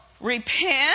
repent